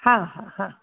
हां हां हां